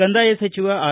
ಕಂದಾಯ ಸಚಿವ ಆರ್